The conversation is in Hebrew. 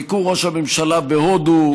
ביקור ראש הממשלה בהודו,